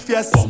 Yes